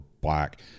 black